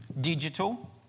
digital